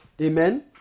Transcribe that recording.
Amen